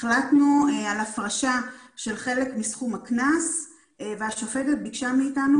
הוחלט על הפרשה של חלק מסכום הקנס והשופטת ביקשה מאתנו